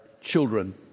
children